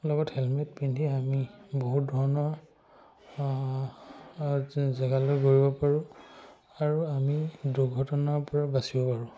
লগত হেলমেট পিন্ধি আমি বহুত ধৰণৰ জ জেগালৈ গৈ আহিব পাৰোঁ আৰু আমি দুৰ্ঘটনাৰ পৰা বাচিব পাৰোঁ